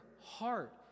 heart